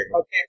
Okay